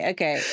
Okay